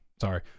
sorry